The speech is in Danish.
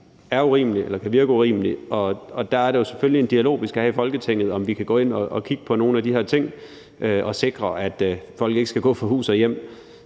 hvor regningen kan virke urimelig, og der er der selvfølgelig en dialog, vi skal have her i Folketinget om, om vi kan gå ind og kigge på nogle af de her ting og sikre, at folk ikke skal gå fra hus og hjem.